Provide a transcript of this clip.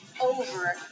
over